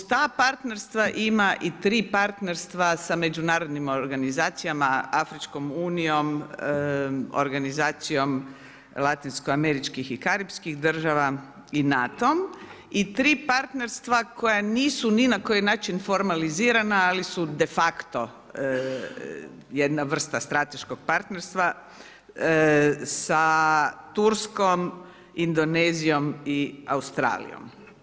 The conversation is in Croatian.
Uz ta partnerstva ima i tri partnerstva sa međunarodnim organizacijama Afričkom unijom, organizacijom latinsko američkih i karipskih država i NATO-om i tri partnerstva koja nisu ni na koji način formalizirana, ali su de facto jedna vrsta strateškog partnerstva sa Turskom, Indonezijom i Australijom.